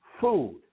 food